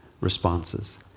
responses